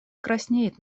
краснеет